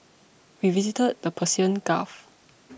we visited the Persian Gulf